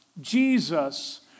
Jesus